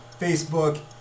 Facebook